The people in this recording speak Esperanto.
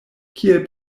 kiel